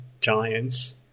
giants